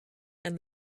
and